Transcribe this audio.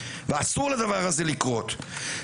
ואסור לדבר הזה לקרות.